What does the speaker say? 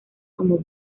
como